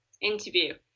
interview